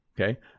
okay